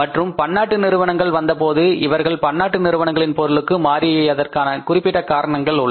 மற்றும் பன்னாட்டு நிறுவனங்கள் வந்தபோது இவர்கள் பன்னாட்டு நிறுவனங்களின் பொருளுக்கு மாறியதற்கான குறிப்பிட்ட காரணங்கள் உள்ளன